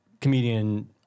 comedian